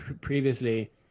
previously